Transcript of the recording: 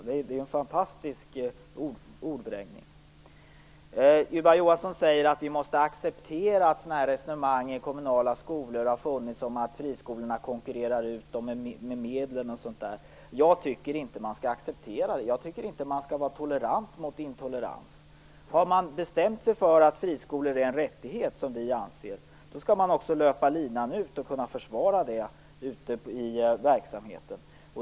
Det är en fantastisk ordvrängning. Ylva Johansson säger att vi måste acceptera att resonemang har funnits i kommunala skolor om att friskolorna konkurrerar ut dem, bl.a. med medel. Jag tycker inte att man skall acceptera det. Jag tycker inte att man skall vara tolerant mot intolerans. Om man har bestämt sig för att friskolor är en rättighet - vilket vi i Folkpartiet anser - skall man också löpa linan ut och kunna försvara detta ute i verksamheten.